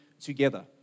together